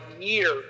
year